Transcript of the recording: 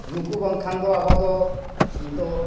ᱱᱩᱠᱩ ᱵᱟᱝᱠᱷᱟᱱ ᱫᱚ ᱟᱵᱚ ᱫᱚ ᱱᱤᱛᱳᱜ